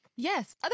Yes